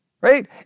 right